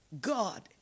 God